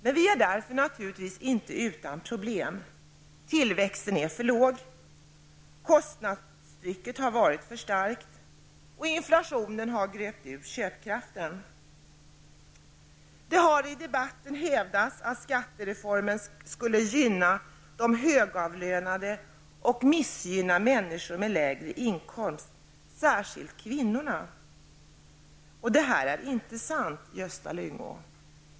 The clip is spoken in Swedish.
Men för den skull är det inte så, att vi inte har några problem. Tillväxten är alltför låg. Kostnadstrycket har varit för starkt, och inflationen har gröpt ur vår köpkraft. Det har i debatten hävdats att skattereformen skulle gynna de högavlönade och missgynna människor som har lägre inkomster, särskilt kvinnorna. Men det är inte sant, Gösta Lyngå!